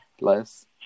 less